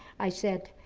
i said,